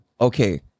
okay